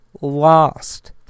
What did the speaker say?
lost